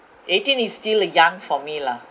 eighteen is still young for me lah